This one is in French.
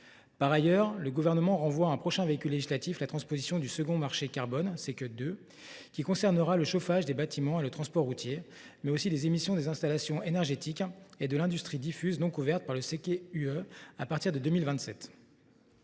Par ailleurs, le Gouvernement renvoie à un prochain véhicule législatif la transposition du second marché carbone (Seqe 2), qui concernera le chauffage des bâtiments et le transport routier, ainsi que les émissions des installations énergétiques et de l’industrie diffuse non couverte par le Seqe UE, à partir de 2027.